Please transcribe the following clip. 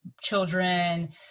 children